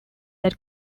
that